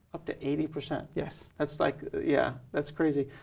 up to eighty percent. yes. that's like yeah, that's crazy.